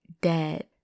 dead